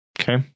Okay